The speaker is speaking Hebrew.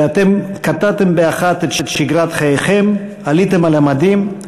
ואתם קטעתם באחת את שגרת חייכם, עליתם על המדים,